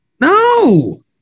No